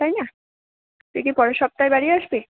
তাই না তুই কি পরের সপ্তাহে বাড়ি আসবি